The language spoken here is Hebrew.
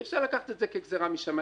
אי אפשר לקחת את זה כגזירה משמיים.